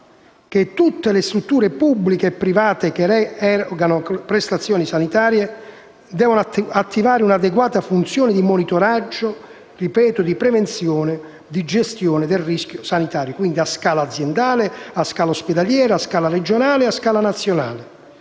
che tutte le strutture pubbliche e private che erogano prestazioni sanitarie attivino un'adeguata funzione di monitoraggio, prevenzione e gestione del rischio sanitario, quindi su scala aziendale, su scala ospedaliera, su scala regionale e su scala nazionale.